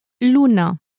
luna